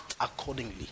accordingly